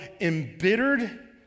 embittered